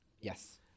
Yes